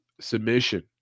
submission